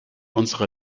unsere